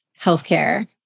healthcare